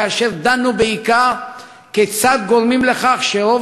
כאשר דנו בעיקר כיצד גורמים לכך שרוב